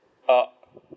uh